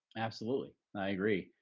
absolutely. i agree.